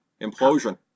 implosion